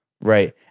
Right